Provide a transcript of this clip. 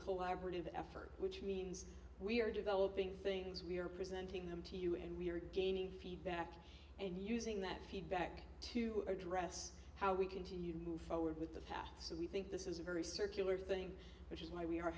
collaborative effort which means we're developing things we're presenting them to you and we are gaining feedback and using that feedback to address how we continue to move forward with the path so we think this is a very circular thing which is why we are